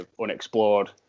Unexplored